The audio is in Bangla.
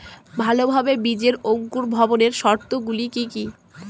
ভালোভাবে বীজের অঙ্কুর ভবনের শর্ত গুলি কি কি?